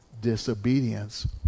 disobedience